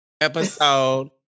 episode